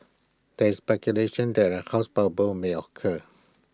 there is speculation that A house bubble may occur